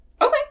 okay